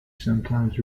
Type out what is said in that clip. sometimes